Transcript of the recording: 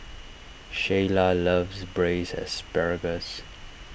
Sheyla loves Braised Asparagus